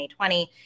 2020